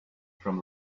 from